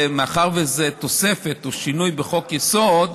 מאחר שזו תוספת ושינוי בחוק-יסוד,